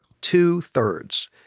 Two-thirds